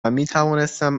میتوانستم